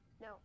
No